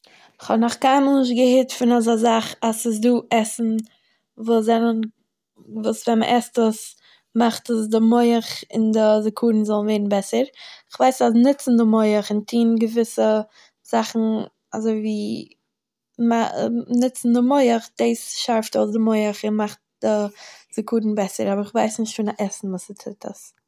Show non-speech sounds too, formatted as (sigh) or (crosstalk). איך האב נאך קיינמאהל נישט געהערט פון אזא זאך, אז ס'איז דא עסן וואס זענען, וואס ווען מ'עסט עס מאכט עס די מוח און די זכרון זאלן ווערן בעסער, איך ווייס אז נוצן דער מוח און טוהן געוויסע זאכן אזוי ווי מ (hesitation) א (hesitation) נוצן די מוח דעס שארפט אויס די מוח און מאכט די זכרון בעסער אבער איך ווייס נישט פון א עסן וואס ס'טוט עס.